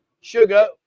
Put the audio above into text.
Sugar